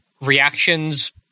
reactions